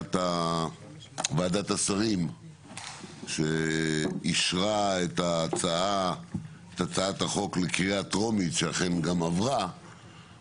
שבהחלטת ועדת השרים שאישרה את הצעת החוק לקריאה טרומית שאכן גם עברה,